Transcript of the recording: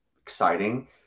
exciting